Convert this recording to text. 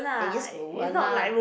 the yes will won't ah